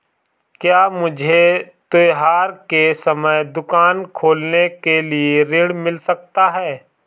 क्या मुझे त्योहार के समय दुकान खोलने के लिए ऋण मिल सकता है?